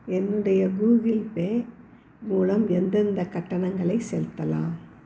என்னுடைய கூகிள்பே மூலம் எந்தெந்தக் கட்டணங்களை செலுத்தலாம்